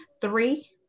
three